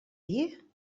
dir